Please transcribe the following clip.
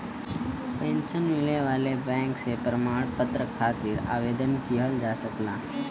pension मिले वाले bank से प्रमाण पत्र खातिर आवेदन किहल जा सकला